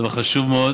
זה חשוב מאוד.